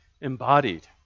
embodied